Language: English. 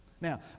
Now